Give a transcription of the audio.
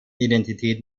identität